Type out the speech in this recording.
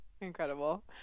Incredible